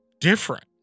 different